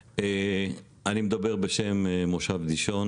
אני מדבר בשם מושב דישון.